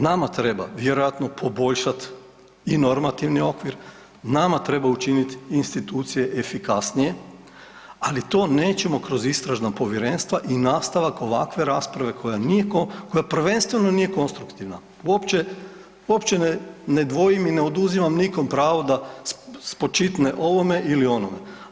Nama treba vjerojatno poboljšat i normativni okvir, nama treba učiniti institucije efikasnije, ali to nećemo kroz istražna povjerenstva i nastavak ovakve rasprave koja nije, koja prvenstveno nije konstruktivna, uopće ne dvojim i ne oduzimam nikom pravo da spočitne ovome ili onome.